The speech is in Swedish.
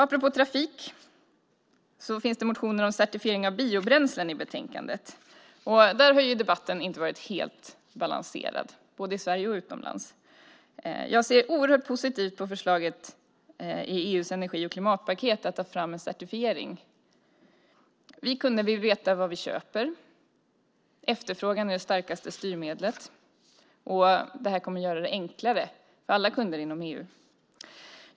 Apropå trafik finns det motioner om certifiering av biobränslen i betänkandet. Där har debatten inte varit helt balanserad - det gäller både i Sverige och utomlands. Jag ser oerhört positivt på förslaget i EU:s energi och klimatpaket om att ta fram en certifiering. Vi kunder vill veta vad vi köper. Efterfrågan är det starkaste styrmedlet, och det här kommer att göra det enklare för alla kunder inom EU.